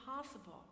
impossible